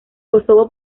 kosovo